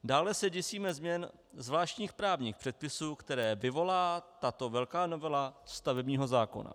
Dále se děsíme změn zvláštních právních předpisů, které vyvolá tato velká novela stavebního zákona.